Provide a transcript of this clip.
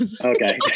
Okay